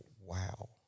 wow